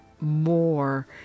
more